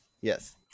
Yes